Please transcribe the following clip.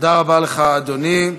תודה רבה לך, אדוני.